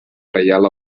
reial